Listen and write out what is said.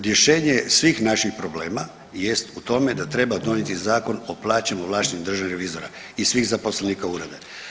Rješenje svih naših problema jest u tome da treba donijeti zakon o plaćama ovlaštenih državnih revizora i svih zaposlenika Ureda.